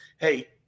Hey